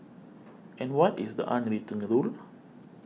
and what is the unwritten rule